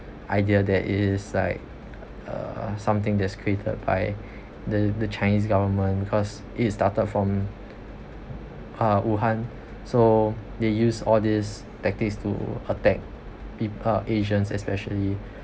idea that is like err something that's created by the the chinese government because it is started from uh wuhan so they use all these tactics to protect pe~ ah asians especially